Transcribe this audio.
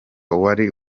wari